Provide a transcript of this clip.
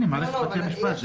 הינה, "מערכת בתי משפט".